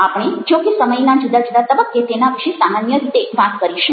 આપણે જો કે સમયના જુદા જુદા તબક્કે તેના વિશે સામાન્ય રીતે વાત કરીશું